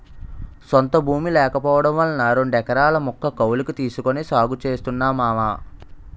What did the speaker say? సొంత భూమి లేకపోవడం వలన రెండెకరాల ముక్క కౌలకు తీసుకొని సాగు చేస్తున్నా మావా